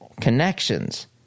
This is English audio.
connections